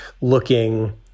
looking